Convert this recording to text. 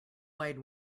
wide